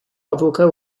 avocat